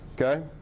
okay